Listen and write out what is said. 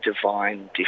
divine